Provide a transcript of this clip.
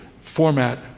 format